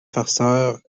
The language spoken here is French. farceurs